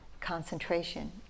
concentration